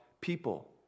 people